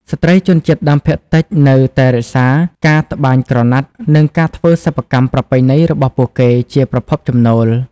ស្ត្រីជនជាតិដើមភាគតិចនៅតែរក្សាការ ត្បាញក្រណាត់ និងការធ្វើសិប្បកម្មប្រពៃណីរបស់ពួកគេជាប្រភពចំណូល។